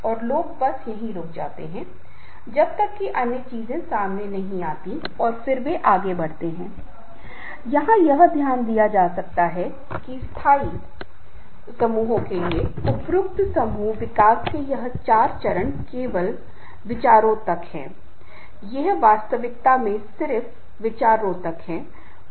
इसलिए व्यस्त लोगों के पास दूसरों को सुनने के लिए समय नहीं है हम दूसरों के बारे में भूल जाते हैं यहां तक कि हमारे परिवार में भी पास और प्रिय कि हम बच्चों हमारे बच्चों पत्नी और पति भाइयों और बहन की समस्याओं को नहीं सुन पा रहे हैं वे सुनने में सक्षम नहीं है वे सुनने के लिए कोई समय नहीं दे रहे हैं परिणामस्वरूप कई समस्याएं जटिल हो जाती हैं और निश्चित रूप से वे बहुत सारी मनोवैज्ञानिक समस्याओं का विकास करते हैं